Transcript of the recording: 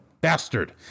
bastard